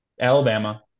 Alabama